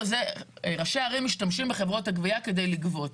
ראשי הערים משתמשים בחברות הגבייה כדי לגבות.